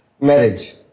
marriage